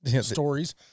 stories